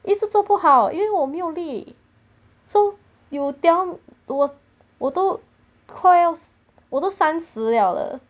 一直做不好因为我没有力 so you tell me 我我都快要我都三十 liao 了